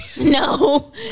no